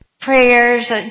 prayers